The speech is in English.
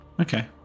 Okay